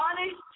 honest